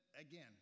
again